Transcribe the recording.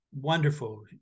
wonderful